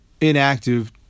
inactive